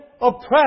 oppressed